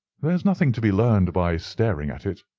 there's nothing to be learned by staring at it.